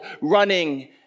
running